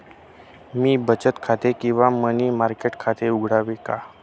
मी बचत खाते किंवा मनी मार्केट खाते उघडावे का?